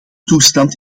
toestand